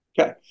Okay